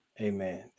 Amen